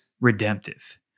redemptive